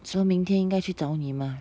so 明天应该去找你 mah